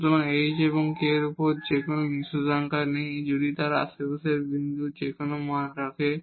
সুতরাং h এবং k এর উপর কোন নিষেধাজ্ঞা নেই যদি তারা আশেপাশের বিন্দু্র যেকোনো মান রাখে